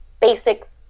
basic